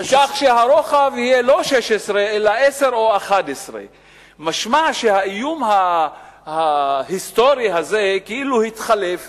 כך שהרוחב יהיה לא 16 אלא 10 או 11. משמע שהאיום ההיסטורי הזה כאילו התחלף,